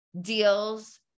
deals